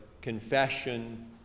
confession